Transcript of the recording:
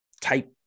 type